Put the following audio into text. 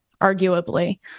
arguably